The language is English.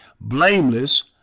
blameless